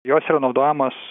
jos yra naudojamos